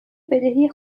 بدهی